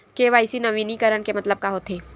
KYC नवीनीकरण के मतलब का होथे?